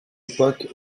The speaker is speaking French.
époque